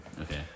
Okay